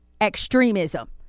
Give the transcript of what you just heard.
extremism